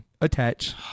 Attach